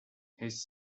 his